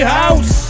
house